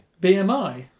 BMI